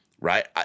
Right